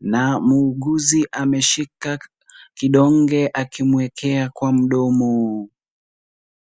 na muuguzi ameshika kidonge akimuekea kwa mdomo.